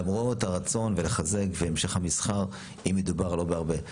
למרות הרצון לחזק והמשך המסחר, אם מדובר לא בהרבה.